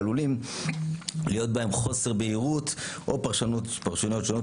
העלולים להיות בהם חוסר בהירות או פרשנויות שונות.